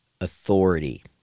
authority